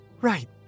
Right